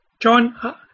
John